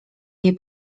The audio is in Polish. jej